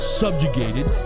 subjugated